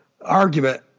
argument